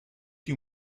you